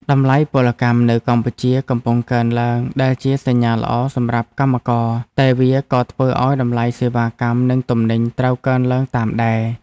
តម្លៃពលកម្មនៅកម្ពុជាកំពុងកើនឡើងដែលជាសញ្ញាល្អសម្រាប់កម្មករ តែវាក៏ធ្វើឱ្យតម្លៃសេវាកម្មនិងទំនិញត្រូវកើនឡើងតាមដែរ។